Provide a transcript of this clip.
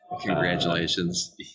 Congratulations